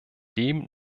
dem